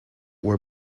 were